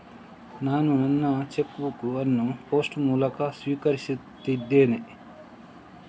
ನಾನು ನನ್ನ cheque book ಅನ್ನು ಪೋಸ್ಟ್ ಮೂಲಕ ಸ್ವೀಕರಿಸಿದ್ದೇನೆ